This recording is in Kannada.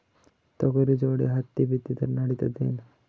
ತೊಗರಿ ಜೋಡಿ ಹತ್ತಿ ಬಿತ್ತಿದ್ರ ನಡಿತದೇನು?